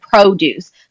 produce